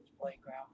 playground